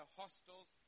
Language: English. hostels